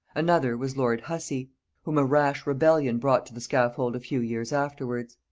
another was lord hussey whom a rash rebellion brought to the scaffold a few years afterwards.